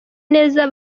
neza